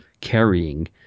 carrying